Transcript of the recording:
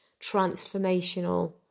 transformational